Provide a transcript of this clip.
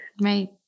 right